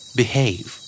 behave